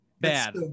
Bad